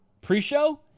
pre-show